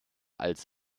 als